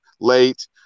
late